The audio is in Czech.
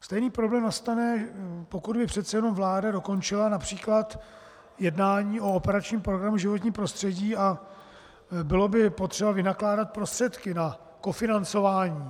Stejný problém nastane, pokud by přece jenom vláda dokončila například jednání o operačním programu Životní prostředí a bylo by potřeba vynakládat prostředky na kofinancování.